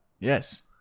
Yes